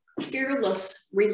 Fearless